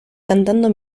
cantando